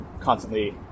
constantly